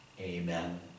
amen